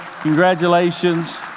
Congratulations